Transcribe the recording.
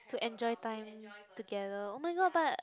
to enjoy time together oh-my-god but